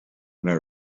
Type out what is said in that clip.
when